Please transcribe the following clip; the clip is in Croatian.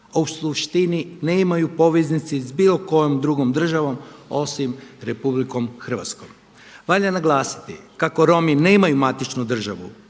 u suštini nemaju poveznice s bilo kojom drugom državom osim RH. Valja naglasiti kako Romi nemaju matičnu državu